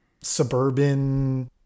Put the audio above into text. suburban